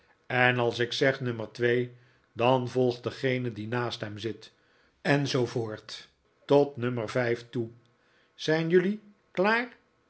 en als ik zeg nummer twee dan volgt degene die naast hem zit en zoo voorts tot nummer vijf toe zijn jullie klaar